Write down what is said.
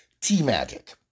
T-Magic